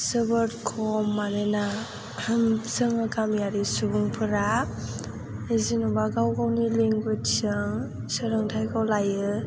जोबोद खम मानोना जोङो गामियारि सुबुंफोरा जेनेबा गाव गावनि लेंगुवेजजों सोलोंथायखौ लायो